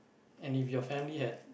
and if your family had